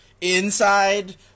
inside